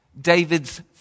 David's